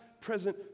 present